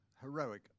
heroic